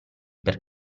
per